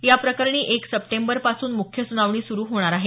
याप्रकरणी एक सप्टेंबर पासून मुख्य सुनावणी सुरू होणार आहे